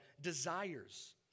desires